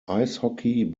eishockey